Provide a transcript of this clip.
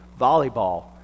volleyball